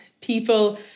People